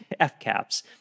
FCAPS